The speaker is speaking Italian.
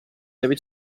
devi